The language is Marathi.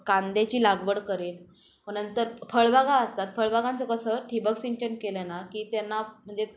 कांद्याची लागवड करेन व नंतर फळबागा असतात फळबागांचं कसं ठिबक सिंचन केलं ना की त्यांना म्हणजे